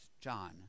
John